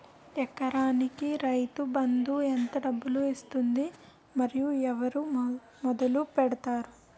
ఎకరానికి రైతు బందు ఎంత డబ్బులు ఇస్తుంది? మరియు ఎవరు మొదల పెట్టారు?